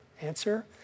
Answer